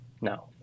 No